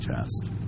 chest